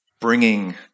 bringing